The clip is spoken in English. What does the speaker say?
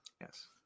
Yes